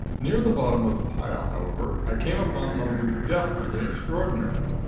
near the bottom of the pile, however, i came upon something definitely extraordinary.